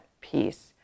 piece